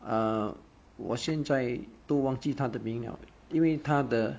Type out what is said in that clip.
err 我现在都忘记他的名了 eh 因为他的